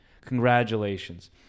Congratulations